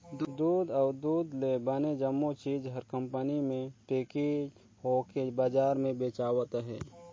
दूद अउ दूद ले बने जम्मो चीज हर कंपनी मे पेकिग होवके बजार मे बेचावत अहे